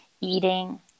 eating